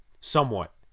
somewhat